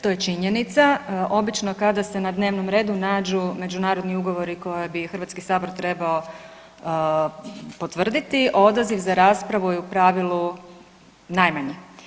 To je činjenica, obično kada se na dnevnom redu nađu međunarodni ugovori koje bi HS trebao potvrditi, odaziv za raspravu je u pravilu najmanji.